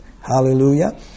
Hallelujah